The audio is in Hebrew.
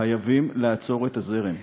חייבים לעצור את הזרם.